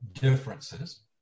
differences